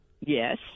Yes